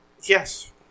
Yes